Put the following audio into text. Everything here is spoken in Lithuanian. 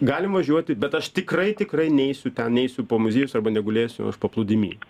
galim važiuoti bet aš tikrai tikrai neisiu ten neisiu po muziejus arba negulėsiu aš paplūdimy